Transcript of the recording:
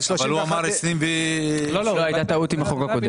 כי הוא אמר 2030. טעות עם החוק הקודם.